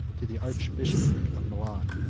to the archbishopric of milan.